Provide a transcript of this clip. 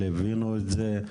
ליווינו את זה.